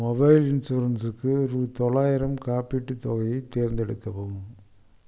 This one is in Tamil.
மொபைல் இன்சூரன்ஸுக்கு ரூபா தொள்ளாயிரம் காப்பீட்டுத் தொகையை தேர்ந்தெடுக்கவும்